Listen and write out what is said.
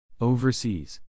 Overseas